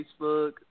Facebook